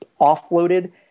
offloaded